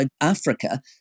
Africa